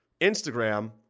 Instagram